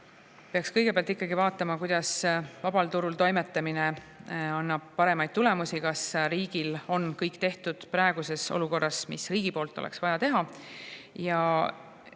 peaks kõigepealt ikkagi vaatama, kas vabal turul toimetamine annab paremaid tulemusi ja kas riik on teinud praeguses olukorras kõik, mis riigi poolt oleks vaja teha.